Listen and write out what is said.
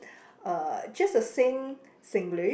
uh just the same Singlish